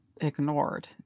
ignored